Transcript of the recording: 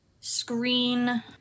screen